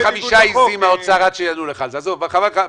צוהריים טובים.